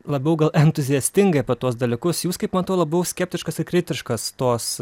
labiau gal entuziastingai apie tuos dalykus jūs kaip matau labai skeptiškas kritiškas tos